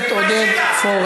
עצרתי את הזמן.